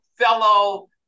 fellow